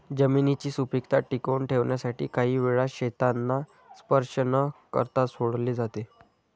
जमिनीची सुपीकता टिकवून ठेवण्यासाठी काही वेळा शेतांना स्पर्श न करता सोडले जाते